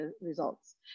results